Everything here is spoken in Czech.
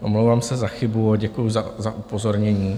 Omlouvám se za chybu a děkuji za upozornění.